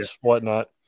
whatnot